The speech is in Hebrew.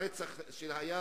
הרצח שהיה